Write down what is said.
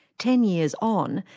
ten years on,